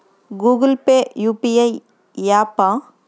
Google Pay UPI య్యాపా?